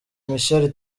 michel